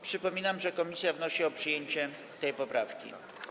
Przypominam, że komisja wnosi o przyjęcie tej poprawki.